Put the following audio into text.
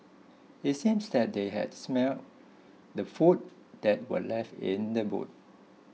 it seemed that they had smelt the food that were left in the boot